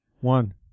One